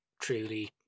truly